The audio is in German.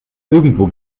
irgendwo